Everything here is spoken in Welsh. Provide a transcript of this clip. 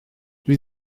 dwi